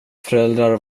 föräldrar